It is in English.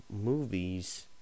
movies